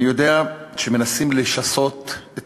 אני יודע שמנסים לשסות את